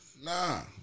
Nah